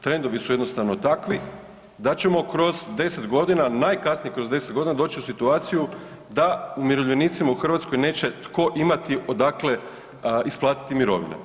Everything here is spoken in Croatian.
Trendovi su jednostavno takvi da ćemo kroz 10 godina, najkasnije kroz 10 godina doći u situaciju da umirovljenicima u Hrvatskoj neće tko imati odakle isplatiti mirovine.